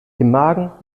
magen